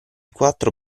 quattro